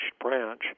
branch